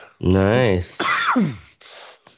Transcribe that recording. Nice